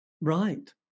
right